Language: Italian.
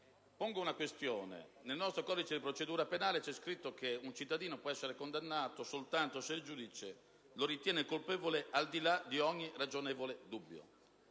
porre una questione. Nel nostro codice di procedura penale c'è scritto che un cittadino può essere condannato soltanto se il giudice lo ritiene colpevole al di là di ogni ragionevole dubbio.